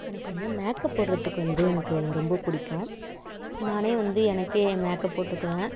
எனக்கு வந்து மேக்கப் போட்டுறதுக்கு வந்து எனக்கு ரொம்ப பிடிக்கும் நானே வந்து எனக்கே மேக்கப் போட்டுக்குவேன்